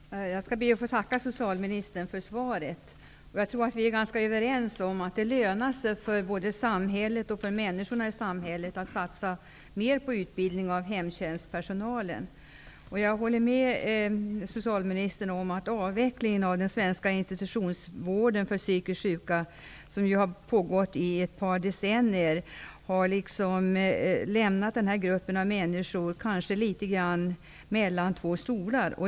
Fru talman! Jag skall be att få tacka socialministern för svaret. Jag tror att vi är ganska överens om att det lönar sig för både samhället och människorna i samhället att satsa mer på utbildning av hemtjänstpersonalen. Jag håller med socialministern om att avvecklingen av den svenska institutionsvården för psykiskt sjuka, som har pågått i ett par decennier, har gjort att dessa människor har hamnat litet grand mellan två stolar.